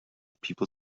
people